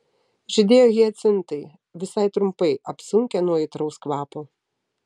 žydėjo hiacintai visai trumpai apsunkę nuo aitraus kvapo